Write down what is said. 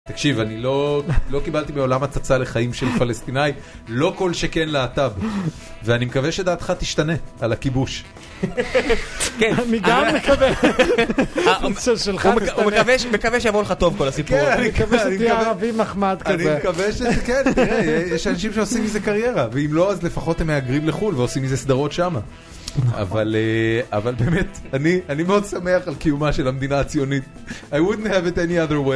תקשיב, אני לא קיבלתי מעולם הצצה לחיים של פלסטיני, לא כל שכן להט"ב. ואני מקווה שדעתך תשתנה על הכיבוש. כן, אני גם מקווה... המצב שלך תשתנה. הוא מקווה שיבוא לך טוב כל הסיפור הזה. כן, אני מקווה שתהיה ערבי מחמד כזה. אני מקווה ש... כן, תראה, יש אנשים שעושים מזה קריירה, ואם לא, אז לפחות הם מהגרים לחול ועושים מזה סדרות שמה. אבל באמת, אני מאוד שמח על קיומה של המדינה הציונית. I wouldn't have it any other way.